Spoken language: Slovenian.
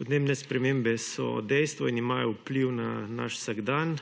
Podnebne spremembe so dejstvo in imajo vpliv na naš vsakdan.